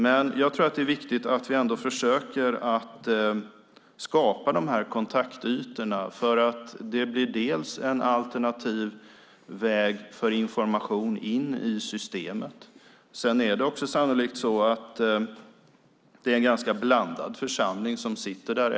Men jag tror att det är viktigt att vi ändå försöker att skapa de här kontaktytorna. Det blir nämligen en alternativ väg för information in i systemet. Sedan är det sannolikt en ganska blandad församling som sitter där.